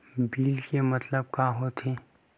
Bill के मतलब का होथे?